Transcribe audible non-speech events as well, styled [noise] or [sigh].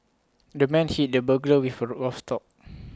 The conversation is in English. the man hit the burglar with A [unintelligible] rough store